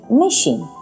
machine